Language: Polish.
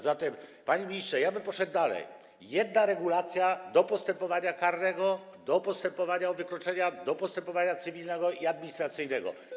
Zatem, panie ministrze, ja bym poszedł dalej: jedna regulacja do postępowania karnego, do postępowania o wykroczenia, do postępowania cywilnego i administracyjnego.